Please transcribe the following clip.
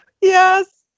yes